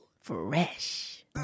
Fresh